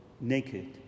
Naked